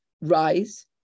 rise